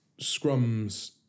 scrums